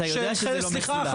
אתה יודע שזה לא מצולם.